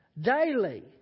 Daily